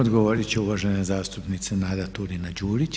Odgovorit će uvažena zastupnica Nada Turina-Đurić.